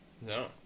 No